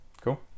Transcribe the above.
Cool